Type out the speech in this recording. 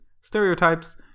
stereotypes